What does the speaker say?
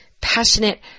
passionate